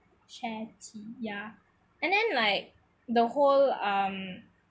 share tea ya and then like the whole um